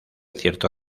cierto